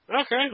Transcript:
okay